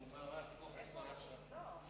לא,